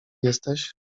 jesteś